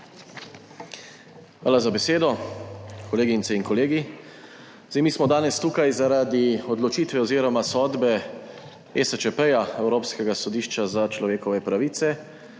Hvala za besedo. Kolegice in kolegi! Mi smo danes tukaj zaradi odločitve oziroma sodbe ESČP, Evropskega sodišča za človekove pravice,